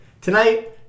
Tonight